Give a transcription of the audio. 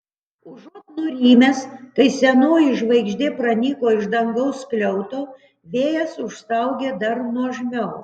užuot nurimęs kai senoji žvaigždė pranyko iš dangaus skliauto vėjas užstaugė dar nuožmiau